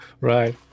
right